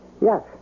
Yes